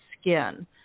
skin